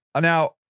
now